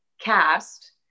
cast